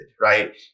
right